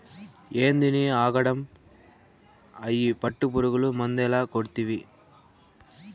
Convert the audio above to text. ఏందినీ ఆగడం, అయ్యి పట్టుపురుగులు మందేల కొడ్తివి